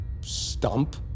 Stump